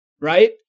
right